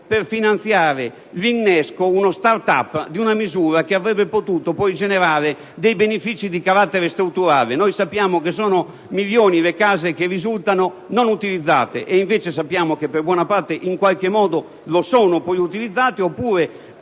per finanziare l'innesco, uno *start up*, di una misura che avrebbe potuto generare poi benefici di carattere strutturale. Noi sappiamo che ammontano a milioni le case che risultano non utilizzate, mentre poi è noto che in buona parte in qualche modo sono utilizzate nei